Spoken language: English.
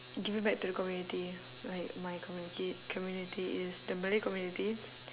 giving back to the community like my community community is the malay community